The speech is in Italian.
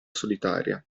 solitaria